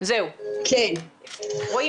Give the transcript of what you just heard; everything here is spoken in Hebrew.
ארוכות